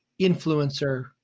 influencer